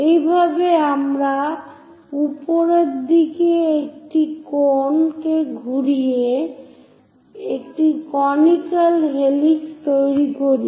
এইভাবে আমরা উপরের দিকে একটি কোন কে ঘুরিয়ে একটি কনিক্যাল হেলিক্স তৈরি করি